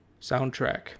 soundtrack